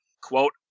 quote